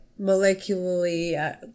molecularly